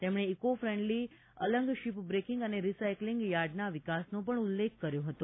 તેમણે eco friendly Alang ship breaking અને recycling યાર્ડના વિકાસનો પણ ઉલ્લેખ કર્યો હતો